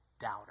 doubter